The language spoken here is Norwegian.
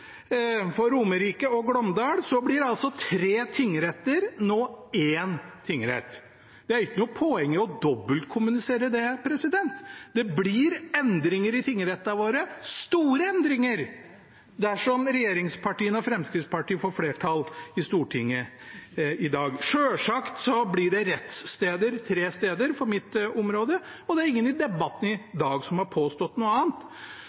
for mitt område, for Romerike og Glåmdal, blir altså tre tingretter nå én tingrett. Det er ikke noe poeng i å dobbeltkommunisere det, det blir endringer i tingrettene våre – store endringer – dersom regjeringspartiene og Fremskrittspartiet får flertall i Stortinget i dag. Selvsagt blir det rettssteder tre steder for mitt område, det er ingen i debatten i dag som har påstått noe annet.